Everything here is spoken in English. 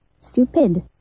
Stupid